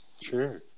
sure